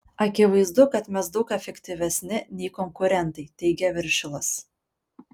akivaizdu kad mes daug efektyvesni nei konkurentai teigia viršilas